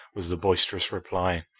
was the boisterous reply.